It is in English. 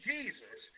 Jesus